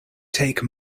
take